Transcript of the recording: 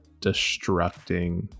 destructing